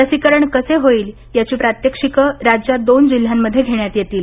लसीकरण कसे होईल याची प्रात्यक्षिके राज्यात दोन जिल्ह्यांमध्ये घेण्यात येतील